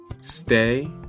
Stay